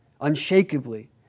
unshakably